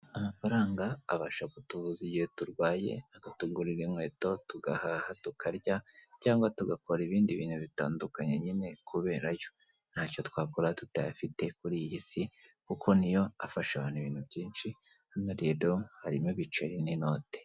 Amafaranga abasha kutuvuza igihe turwaye, akatugurira inkweto, tugahaha tukarya, cyangwa tugakora ibindi bintu bitandukanye nyine kubera yo, ntacyo twakora tutayafite kuri iyi si kuko niyo afasha abantu ibintu byinshi, hano rero harimo ibiceri n'inoti.